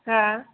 हो